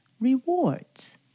rewards